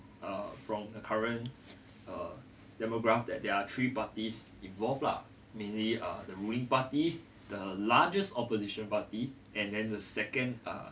um from the current uh demographic that there are three parties involved lah mainly uh the ruling party the largest opposition party and then the second uh